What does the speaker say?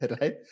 right